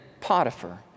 Potiphar